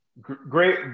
Great